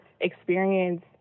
experience